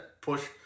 push